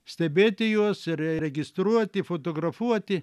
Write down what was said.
stebėti juos re registruoti fotografuoti